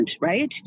right